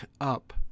up